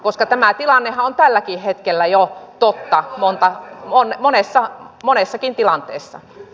tämähän on jo tälläkin hetkellä totta monessakin tilanteessa